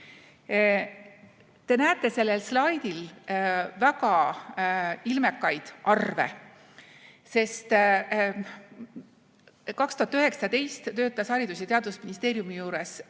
Te näete sellel slaidil väga ilmekaid arve, sest 2019 töötas Haridus- ja Teadusministeeriumi juures